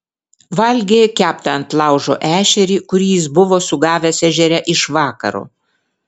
valgė keptą ant laužo ešerį kurį jis buvo sugavęs ežere iš vakaro